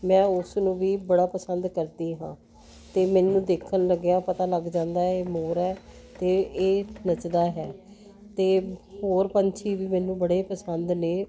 ਮੈਂ ਉਸ ਨੂੰ ਵੀ ਬੜਾ ਪਸੰਦ ਕਰਦੀ ਹਾਂ ਅਤੇ ਮੈਨੂੰ ਦੇਖਣ ਲੱਗਿਆ ਪਤਾ ਲੱਗ ਜਾਂਦਾ ਇਹ ਮੋਰ ਹੈ ਅਤੇ ਇਹ ਨੱਚਦਾ ਹੈ ਅਤੇ ਹੋਰ ਪੰਛੀ ਵੀ ਮੈਨੂੰ ਬੜੇ ਪਸੰਦ ਨੇ